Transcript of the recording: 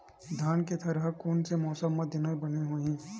धान के थरहा कोन से मौसम म देना बने होही?